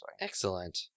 Excellent